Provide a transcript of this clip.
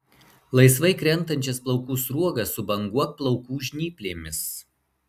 laisvai krentančias plaukų sruogas subanguok plaukų žnyplėmis